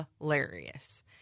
hilarious